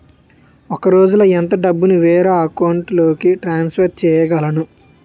ఒక రోజులో ఎంత డబ్బుని వేరే అకౌంట్ లోకి ట్రాన్సఫర్ చేయగలను?